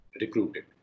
recruited